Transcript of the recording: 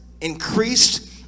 increased